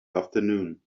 afternoon